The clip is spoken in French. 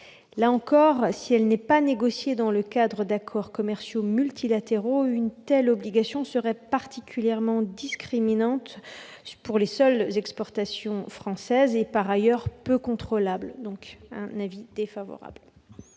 Là encore, si elle n'est pas négociée dans le cadre d'accords commerciaux multilatéraux, une telle obligation serait particulièrement discriminante pour les seules exportations françaises et, par ailleurs, peu contrôlable. L'avis est donc défavorable.